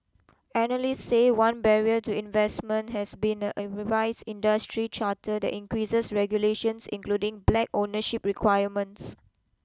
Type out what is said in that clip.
analysts say one barrier to investment has been a revised industry charter that increases regulations including black ownership requirements